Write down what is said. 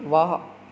ਵਾਹ